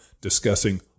discussing